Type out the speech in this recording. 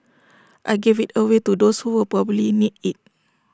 I gave IT away to those who will probably need IT